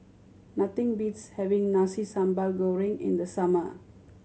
nothing beats having Nasi Sambal Goreng in the summer